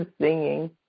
singing